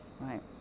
right